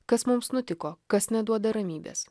kas mums nutiko kas neduoda ramybės